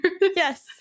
yes